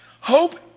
Hope